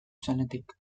zenetik